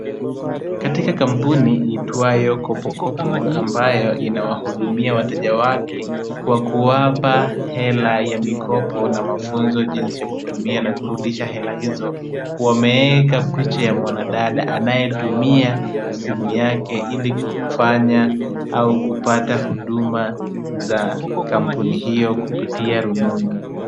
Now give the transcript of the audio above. Katika kampuni iitwayo KopoKopo, ambayo inawahudumia wateja wake kwa kuwapa hela ya mikopo na mafunzo jinsi ya kutumia na kurudisha hela hizo. Wameeka picha ya mwanadada anayetumia simu yake, ili kufanya au kupata huduma za kampuni hiyo kupitia rununu.